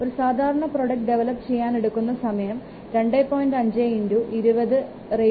ഒരു സാധരണ product develop ചെയാൻ എടുക്കുന്ന സമയം 2